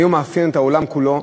היום זה מאפיין את העולם כולו,